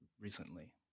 recently